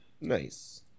Nice